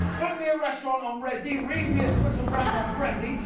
book me a restaurant on resy. read me a twitter rant on prezzy.